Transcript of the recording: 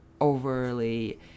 overly